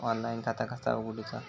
Online खाता कसा उगडूचा?